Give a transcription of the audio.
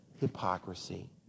hypocrisy